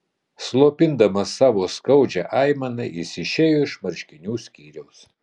slopindamas savo skaudžią aimaną jis išėjo iš marškinių skyriaus